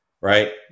right